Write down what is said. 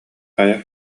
хайа